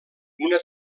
una